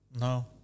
No